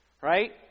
Right